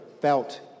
felt